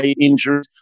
injuries